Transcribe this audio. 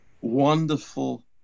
wonderful